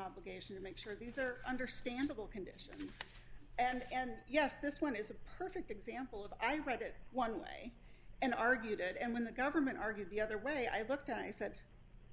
obligation to make sure these are understandable conditions and yes this one is a perfect example of i read it one way and argued and when the government argued the other way i looked i said